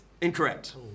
Incorrect